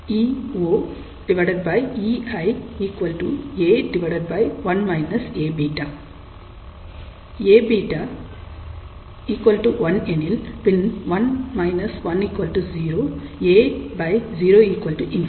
Aβ 1 எனில் பின் 1 10 A0 ∞